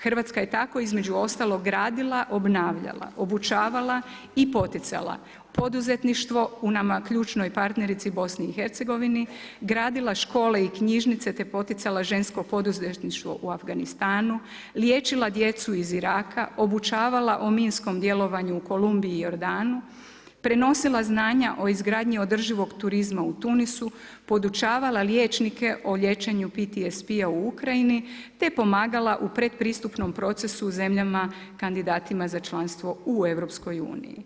Hrvatska je tako između ostalog gradila, obnavljala, obučavala i poticala poduzetništvo u nama ključnoj partnerici BiH, gradila škole i knjižnice te poticala žensko poduzetništvo u Afganistanu, liječila djecu iz Iraka, obučavala o minskom djelovanju u Kolumbiji u Jordanu, prenosila znanja o izgradnji održivog turizma u Tunisu, podučavala liječnike o liječenju PTSP-a u Ukrajini te pomagala u pretpristupnom procesu u zemljama kandidatima za članstvo u EU.